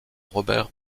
robert